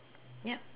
ya